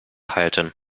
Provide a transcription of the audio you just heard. halten